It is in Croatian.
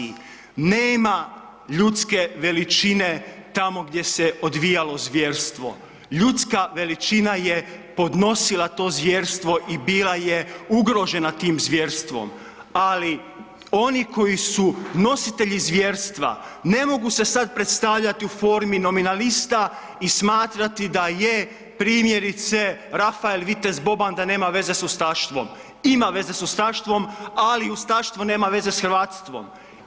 Nema ljudske veličine tamo gdje se odvijalo zvjerstvo, ljudska veličina je podnosila to zvjerstvo i bila je ugrožena tim zvjerstvom ali oni koji su nositelji zvjerstva, ne mogu se sad predstavljati u formi nominalista i smatrati da je primjerice Rafael Vitez Boba, da nema veze sa ustaštvom, ima veze sa ustaštvom ali ustaštvo nema veze s hrvatstvom.